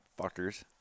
fuckers